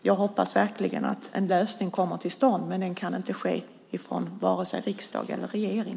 Jag hoppas verkligen att en lösning kan komma till stånd, men den kan inte komma från vare sig riksdag eller regering.